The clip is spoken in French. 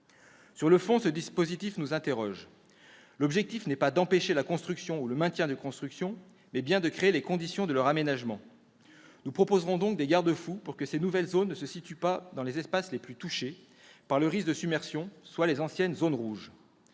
Sur le fond, ce dispositif nous interroge : l'objectif n'est pas d'empêcher la construction ou le maintien de constructions, mais bien de créer les conditions de leur aménagement. Nous proposerons donc des garde-fous pour que ces nouvelles zones ne se situent pas dans les espaces les plus touchés par le risque de submersion, soit les anciennes zones rouges.